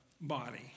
body